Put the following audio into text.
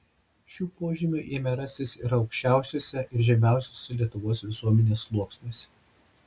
šių požymių ėmė rastis ir aukščiausiuose ir žemiausiuose lietuvos visuomenės sluoksniuose